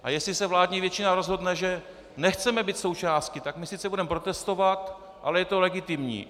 A jestli se vládní většina rozhodne, že nechceme být součástí, tak my sice budeme protestovat, ale je to legitimní.